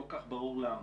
לא כל כך ברור למה.